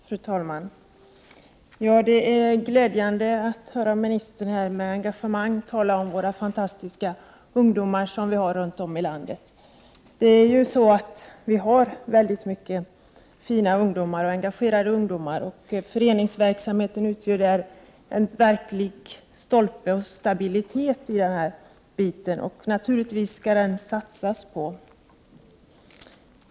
Fru talman! Det är glädjande att höra ministern med engagemang tala om de fantastiska ungdomar som finns runt om i landet. Det finns mycket fina och engagerade ungdomar, och föreningsverksamheten utgör för dem en verklig stolpe och en stabilitet som det naturligtvis skall satsas på.